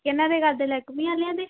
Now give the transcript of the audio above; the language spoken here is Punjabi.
ਕਿਹਨਾਂ ਦੇ ਕਰਦੇ ਲੈਕਮੀ ਵਾਲਿਆਂ ਦੇ